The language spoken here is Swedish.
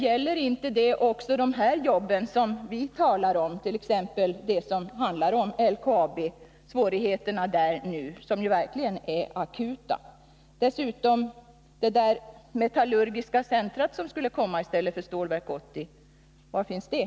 Gäller det inte också de jobb som vi talar om och t.ex. det som handlar om svårigheterna inom LKAB, som verkligen är akuta? Och det metallurgiska center som skulle komma i stället för Stålverk 80, var finns det?